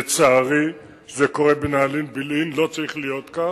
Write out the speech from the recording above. לצערי, זה קורה בנעלין-בילעין, ולא צריך להיות כך.